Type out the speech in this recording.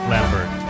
Lambert